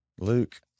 Luke